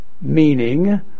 meaning